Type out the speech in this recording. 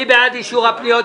מי בעד אישור הפניות?